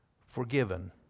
forgiven